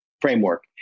framework